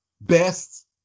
best